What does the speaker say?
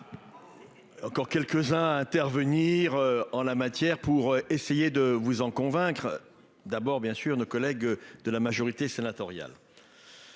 Encore quelques-uns à intervenir. En la matière pour essayer de vous en convaincre d'abord bien sûr nos collègues de la majorité sénatoriale.